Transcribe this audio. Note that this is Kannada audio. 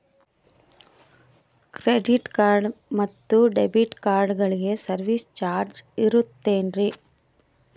ಕ್ರೆಡಿಟ್ ಕಾರ್ಡ್ ಮತ್ತು ಡೆಬಿಟ್ ಕಾರ್ಡಗಳಿಗೆ ಸರ್ವಿಸ್ ಚಾರ್ಜ್ ಇರುತೇನ್ರಿ?